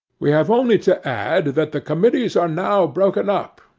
we have only to add, that the committees are now broken up,